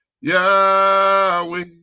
Yahweh